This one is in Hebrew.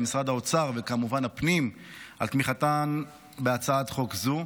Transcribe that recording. למשרד האוצר וכמובן למשרד הפנים על תמיכתם בהצעת חוק זו,